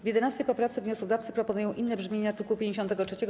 W 11. poprawce wnioskodawcy proponują inne brzmienie art. 53.